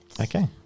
Okay